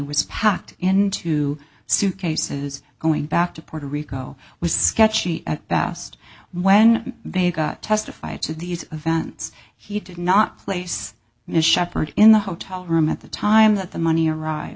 was packed into suitcases going back to puerto rico was sketchy at best when they got testified to these events he did not place ms sheppard in the hotel room at the time that the money arri